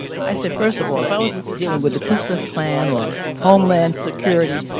i said, first of all, if i was like dealing with the klu klux klan or homeland security,